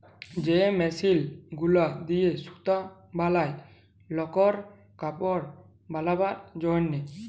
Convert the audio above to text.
যে মেশিল গুলা দিয়ে সুতা বলায় লকর কাপড় বালাবার জনহে